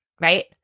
right